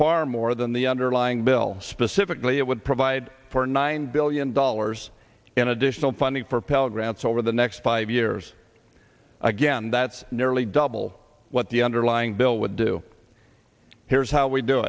far more than the underlying bill specifically it would provide for nine billion dollars in additional funding for pell grants over the next five years again that's nearly double what the underlying bill would do here's how we do